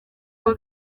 uko